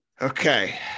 Okay